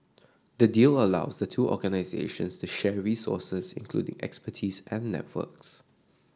the deal allows the two organisations to share resources including expertise and networks